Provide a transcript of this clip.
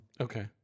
Okay